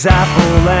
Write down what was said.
apple